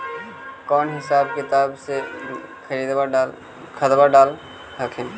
कौन हिसाब किताब से खदबा डाल हखिन?